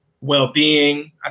well-being